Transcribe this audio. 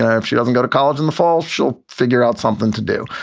and if she doesn't go to college in the fall, she'll figure out something to do.